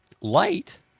Light